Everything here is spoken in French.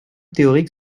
théorique